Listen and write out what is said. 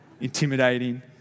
intimidating